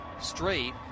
straight